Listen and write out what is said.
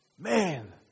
Man